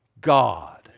God